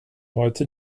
heute